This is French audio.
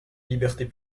libertés